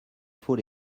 faut